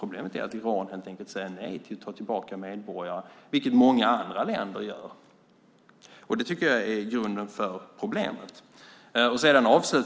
Problemet är att Iran helt enkelt säger nej till att ta tillbaka medborgare, vilket många andra länder gör. Det tycker jag är grunden till problemet.